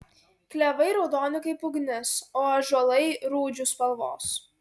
klevai raudoni kaip ugnis o ąžuolai rūdžių spalvos